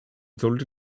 sollte